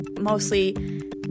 mostly